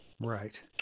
Right